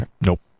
nope